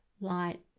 light